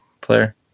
player